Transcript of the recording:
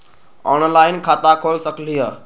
Online खाता खोल सकलीह?